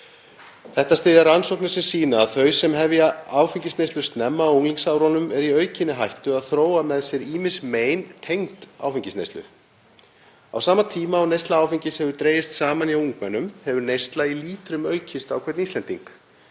Þetta styðja rannsóknir sem sýna að þau sem hefja áfengisneyslu snemma á unglingsárunum eru í aukinni hættu á að þróa með sér ýmis mein tengd áfengisneyslu. Á sama tíma og neysla áfengis hefur dregist saman hjá ungmennum hefur neysla í lítrum aukist á hvern Íslending.